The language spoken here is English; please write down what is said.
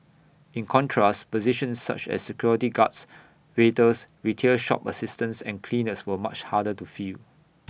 in contrast positions such as security guards waiters retail shop assistants and cleaners were much harder to fill